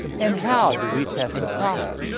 and how do we test a prophet?